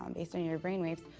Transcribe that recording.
um based on your brain waves.